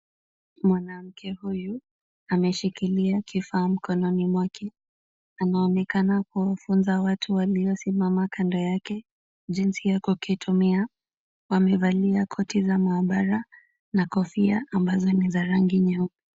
Mwanamke huyu ameshikilia kifaa mikononi mwake. Anaonekana kuwafunza watu waliosimama kando yake jinsi ya kukitumia. Wamevalia koti za maabara na kofia ambazo ni za rangi nyeupe.